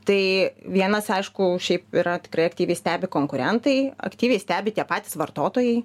tai vienas aišku šiaip yra tikrai aktyviai stebi konkurentai aktyviai stebi tie patys vartotojai